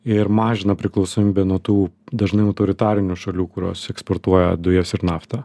ir mažina priklausomybę nuo tų dažnai autoritarinių šalių kurios eksportuoja dujas ir naftą